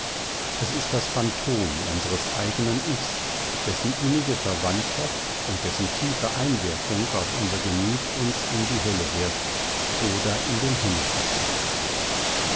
es ist das phantom unseres eigenen ichs dessen innige verwandtschaft und dessen tiefe einwirkung auf unser gemüt uns in die hölle wirft oder in den himmel verzückt